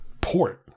port